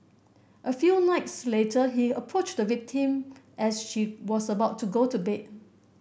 a few nights later he approached the victim as she was about to go to bed